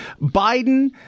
Biden